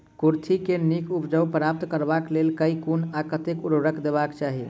कुर्थी केँ नीक उपज प्राप्त करबाक लेल केँ कुन आ कतेक उर्वरक देबाक चाहि?